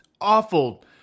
awful